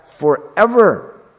Forever